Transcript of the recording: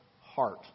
heart